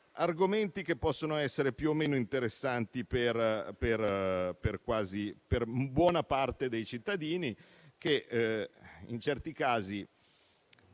argomenti che possono essere più o meno interessanti per buona parte dei cittadini, ma che in questo periodo